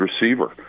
receiver